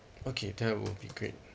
okay that will be great